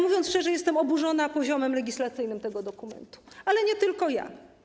Mówiąc szczerze, jestem oburzona poziomem legislacyjnym tego dokumentu, ale nie tylko ja.